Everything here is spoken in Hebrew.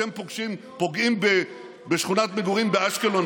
כשהם פוגעים בשכונת מגורים באשקלון,